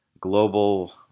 global